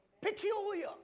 peculiar